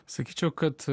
sakyčiau kad